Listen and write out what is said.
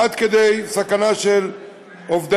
עד כדי סכנה של אובדנות.